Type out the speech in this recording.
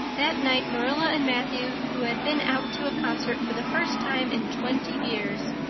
that night marilla and matthew, who had been out to a concert for the first time in twenty years,